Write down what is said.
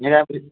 ഇതല്ലേ ആപ്പീസ്